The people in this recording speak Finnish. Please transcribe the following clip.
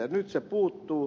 nyt se puuttuu